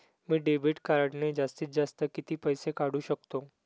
मी debit कार्डने जास्तीत जास्त किती पैसे काढू शकतो?